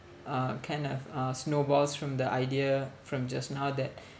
uh kind of uh snowballs from the idea from just now that